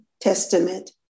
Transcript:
testament